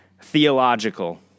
theological